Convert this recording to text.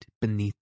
beneath